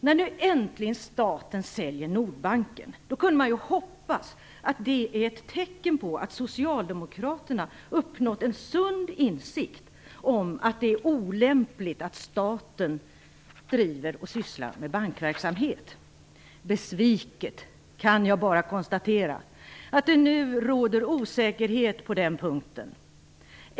När nu äntligen staten säljer Nordbanken kunde man ju hoppas att det är ett tecken på att Socialdemokraterna uppnått en sund insikt om att det är olämpligt att staten driver bankverksamhet. Besviken kan jag bara konstatera att det nu råder osäkerhet på den punkten.